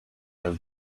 have